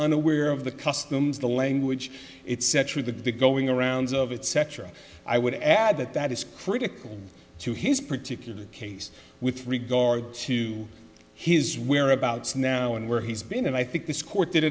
unaware of the customs the language it's true that the going around of it cetera i would add that that is critical to his particular case with regard to his whereabouts now and where he's been and i think this court did